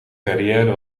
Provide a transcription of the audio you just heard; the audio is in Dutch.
carrière